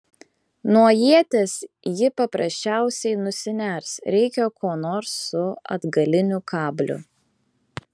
nuo ieties ji paprasčiausiai nusiners reikia ko nors su atgaliniu kabliu